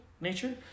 nature